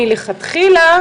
מלכתחילה,